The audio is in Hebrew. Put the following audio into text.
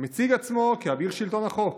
המציג עצמו כאביר שלטון החוק,